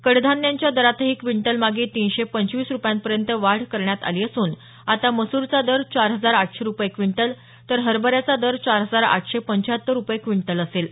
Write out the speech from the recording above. कडधान्यांच्या दरातही क्विंटल मागे तीनशे पंचवीस रुपयांपर्यंत वाढ करण्यात आली असून आता मसूरचा दर चार हजार आठशे रुपये क्विंटल तर हरबऱ्याचा दर चार हजार आठशे पंचाहत्तर रुपये क्विंटल असेल